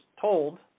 told